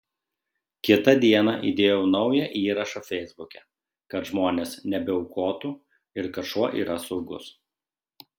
kitą dieną įdėjau naują įrašą feisbuke kad žmonės nebeaukotų ir kad šuo yra saugus